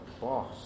boss